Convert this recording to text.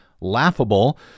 laughable